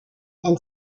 and